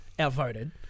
Outvoted